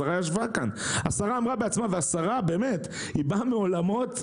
השרה ישבה כאן ואמרה בעצמה והשרה באמת באה מעולמות,